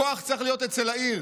הכוח צריך להיות אצל העיר.